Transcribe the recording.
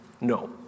No